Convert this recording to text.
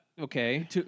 Okay